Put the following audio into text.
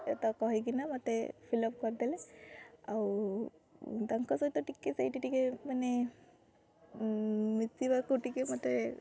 ଏ ତ କହିକିନା ମୋତେ ଫିଲ୍ଅପ୍ କରିଦେଲେ ଆଉ ତାଙ୍କ ସହିତ ଟିକେ ସେଇଠି ଟିକେ ମାନେ ମିଶିବାକୁ ଟିକେ ମୋତେ